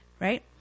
right